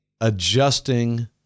adjusting